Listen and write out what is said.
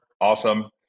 awesome